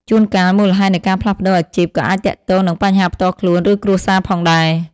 ជួនកាល មូលហេតុនៃការផ្លាស់ប្តូរអាជីពក៏អាចទាក់ទងនឹងបញ្ហាផ្ទាល់ខ្លួន ឬគ្រួសារផងដែរ។